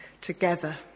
together